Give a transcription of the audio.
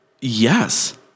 Yes